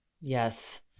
Yes